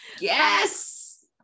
Yes